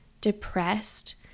depressed